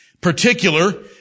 Particular